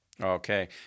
Okay